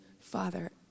father